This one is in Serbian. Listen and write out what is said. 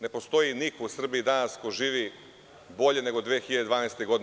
Ne postoji niko u Srbiji danas ko živi bolje nego 2012. godine.